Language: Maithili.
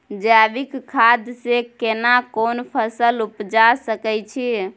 जैविक खाद से केना कोन फसल उपजा सकै छि?